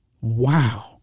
Wow